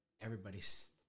everybody's